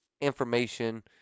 information